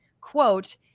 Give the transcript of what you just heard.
quote